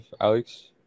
Alex